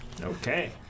Okay